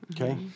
Okay